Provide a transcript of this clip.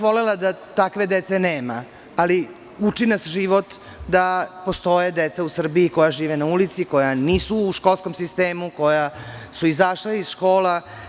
Volela bih da takve dece nema, ali nas život uči da postoje deca u Srbiji koja žive na ulici i koja nisu u školskom sistemu, koja su izašla iz škola.